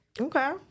Okay